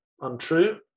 untrue